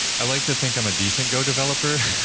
i like to think i'm a decent go developer.